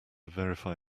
verify